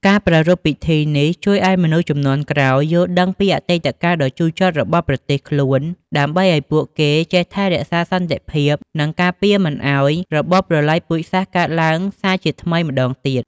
ការប្រារព្ធពិធីនេះជួយឲ្យមនុស្សជំនាន់ក្រោយយល់ដឹងពីអតីតកាលដ៏ជូរចត់របស់ប្រទេសខ្លួន ដើម្បីឲ្យពួកគេចេះថែរក្សាសន្តិភាព និងការពារមិនឲ្យរបបប្រល័យពូជសាសន៍កើតឡើងសារជាថ្មីម្តងទៀត។